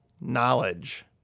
knowledge